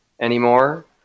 anymore